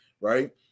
right